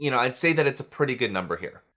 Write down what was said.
you know i'd say that it's a pretty good number here.